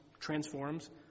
transforms